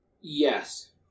Yes